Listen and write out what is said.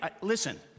listen